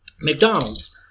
McDonald's